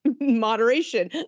moderation